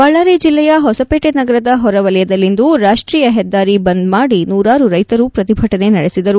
ಬಳ್ಳಾರಿ ಜಿಲ್ಲೆಯ ಹೊಸಪೇಟೆ ನಗರದ ಹೊರವಲಯದಲ್ಲಿಂದು ರಾಷ್ಟೀಯ ಹೆದ್ದಾರಿ ಬಂದ್ ಮಾಡಿ ನೂರಾರು ರೈತರು ಪ್ರತಿಭಟನೆ ನಡೆಸಿದರು